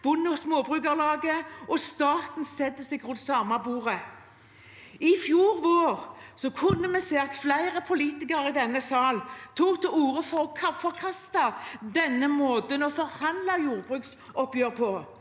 Bonde- og Småbrukarlag og staten setter seg rundt samme bord. I fjor vår kunne vi se at flere politikere i denne sal tok til orde for å forkaste denne måten å forhandle jordbruksoppgjør på.